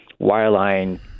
wireline